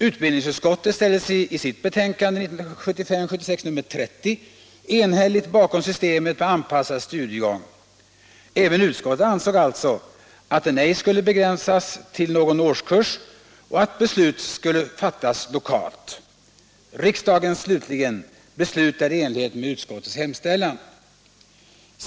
Utbildningsutskottet ställde sig i sitt betänkande 1975/76:30 enhälligt bakom systemet med anpassad studiegång. Även utskottet ansåg alltså att den ej skulle begränsas till någon årskurs och att beslut skulle fattas lokalt. Riksdagen slutligen beslutade i enlighet med utskottets hemställan.